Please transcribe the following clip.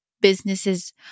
businesses